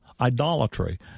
idolatry